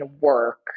work